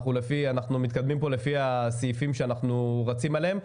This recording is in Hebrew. אנחנו מתקדמים פה לפי הסעיפים שאנחנו רצים עליהם.